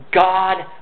God